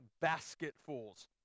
basketfuls